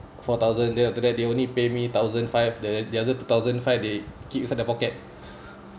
four thousand then after that they only pay me thousand five the the other two thousand five they keep inside the pocket